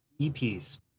EPs